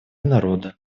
народа